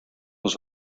was